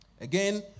Again